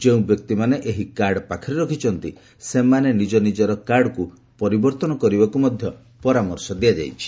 ଯେଉଁ ବ୍ୟକ୍ତିମାନେ ଏହି କାର୍ଡ ପାଖରେ ରଖିଛନ୍ତି ସେମାନେ ନିଜନିଜର କାର୍ଡକୁ ପରିବର୍ତ୍ତନ କରିବାକୁ ମଧ୍ୟ ପରାମର୍ଶ ଦିଆଯାଇଛି